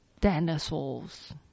dinosaurs